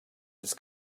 this